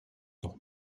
noch